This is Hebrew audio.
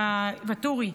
ואטורי,